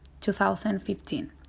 2015